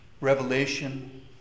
revelation